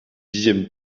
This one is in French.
dixième